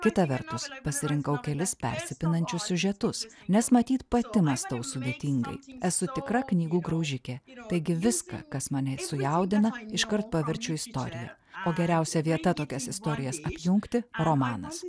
kita vertus pasirinkau kelis persipinančius siužetus nes matyt pati mąstau sudėtingai esu tikra knygų graužikė taigi viską kas mane sujaudina iškart paverčiu istorija o geriausia vieta tokias istorijas apjungti romanas